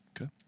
Okay